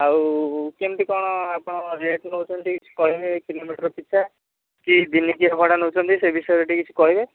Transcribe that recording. ଆଉ କେମିତି କ'ଣ ଆପଣ ରେଟ୍ ନେଉଛନ୍ତି କିଛି କହିବେ କିଲୋମିଟର୍ ପିଛା କି ଦିନିକିଆ ଭଡ଼ା ନେଉଛନ୍ତି ସେ ବିଷୟରେ ଟିକିଏ କିଛି କହିବେ